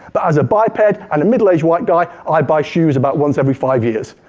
but as a biped and a middle aged white guy, i buy shoes about once every five years.